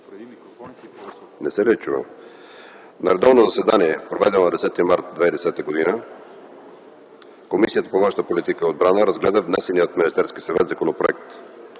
февруари 2010 г. На редовно заседание, проведено на 10 март 2010 г., Комисията по външна политика и отбрана разгледа внесения от Министерския съвет законопроект.